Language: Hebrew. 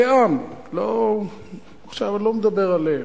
כעם, עכשיו אני לא מדבר עליהם.